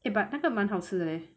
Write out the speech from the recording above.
eh but 那个蛮好吃的嘞